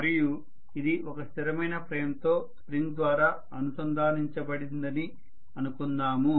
మరియు ఇది ఒక స్థిరమైన ఫ్రేమ్తో స్ప్రింగ్ ద్వారా అనుసంధానించబడిందని అనుకుందాము